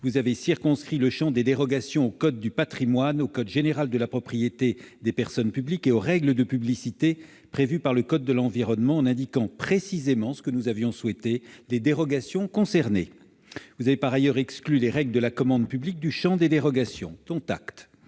vous avez circonscrit le champ des dérogations au code du patrimoine, au code général de la propriété des personnes publiques et aux règles de publicité prévues par le code de l'environnement, en indiquant précisément- ce que nous avions souhaité -les dérogations concernées. Vous avez par ailleurs exclu les règles de la commande publique du champ des dérogations.